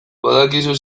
badakizu